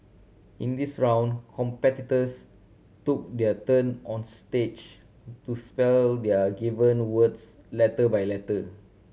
in this round competitors took their turn on stage to spell their given words letter by letter